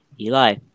Eli